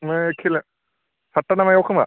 ओमफाय खेला सातथाना मायाव खोमा